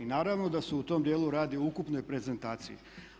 I naravno da se u tom dijelu radi o ukupnoj reprezentaciji.